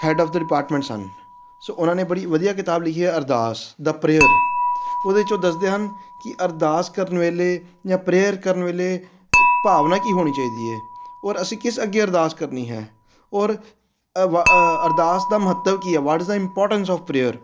head of the department ਸਨ so ਉਹਨਾਂ ਨੇ ਬੜੀ ਵਧੀਆ ਕਿਤਾਬ ਲਿਖੀ ਹੈ ਅਰਦਾਸ ਦਾ ਪਰੇਅਰ ਉਹਦੇ 'ਚ ਉਹ ਦੱਸਦੇ ਹਨ ਕਿ ਅਰਦਾਸ ਕਰਨ ਵੇਲੇ ਜਾਂ ਪਰੇਅਰ ਕਰਨ ਵੇਲੇ ਭਾਵਨਾ ਕੀ ਹੋਣੀ ਚਾਹੀਦੀ ਹੈ ਔਰ ਅਸੀਂ ਕਿਸ ਅੱਗੇ ਅਰਦਾਸ ਕਰਨੀ ਹੈ ਔਰ ਅ ਵ ਅਰਦਾਸ ਦਾ ਮਹੱਤਵ ਕੀ ਹੈ what is the important of prayer